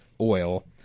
oil